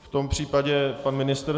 V tom případě pan ministr?